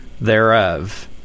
thereof